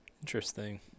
Interesting